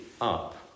up